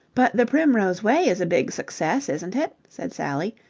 but the primrose way is a big success, isn't it? said sally,